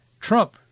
Trump